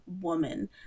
woman